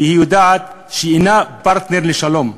והיא יודעת שהיא אינה פרטנר לשלום.